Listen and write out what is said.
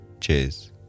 Cheers